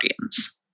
audience